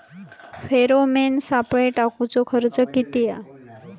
Pheromone सापळे टाकूचो खर्च किती हा?